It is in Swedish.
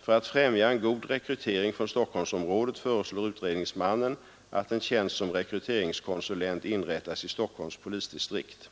För att främja en god rekrytering från Stockhomsområdet föreslår utredningsmannen att en tjänst som rekryteringskonsulent inrättas i Stockholms polisdistrikt.